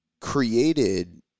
created